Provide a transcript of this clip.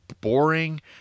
boring